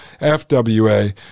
FWA